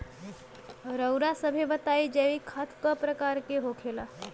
रउआ सभे बताई जैविक खाद क प्रकार के होखेला?